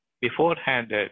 beforehand